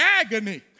agony